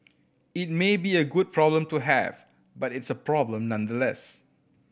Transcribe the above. it may be a good problem to have but it's a problem nevertheless